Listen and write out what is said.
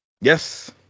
Yes